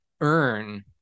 earn